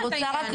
אני רוצה,